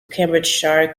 cambridgeshire